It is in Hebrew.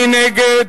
מי נגד?